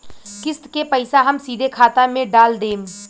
किस्त के पईसा हम सीधे खाता में डाल देम?